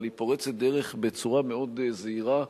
אבל היא פורצת דרך בצורה מאוד זהירה,